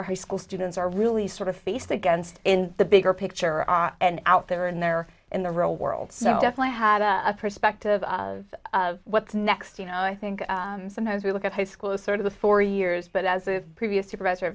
our high school students are really sort of faced against in the bigger picture are and out there and they're in the real world so definitely have a perspective of what's next you know i think sometimes we look at high school as sort of the four years but as the previous supervisor